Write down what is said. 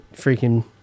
freaking